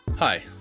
Hi